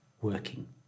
working